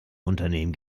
unternehmen